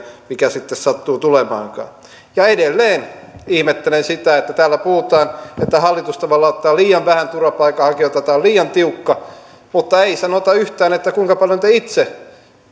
mikä sitten sattuu tulemaankaan edelleen ihmettelen sitä että täällä puhutaan että hallitus tavallaan ottaa liian vähän turvapaikanhakijoita että tämä on liian tiukka mutta ei sanota yhtään kuinka paljon te itse